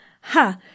ha